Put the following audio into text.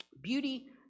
Beauty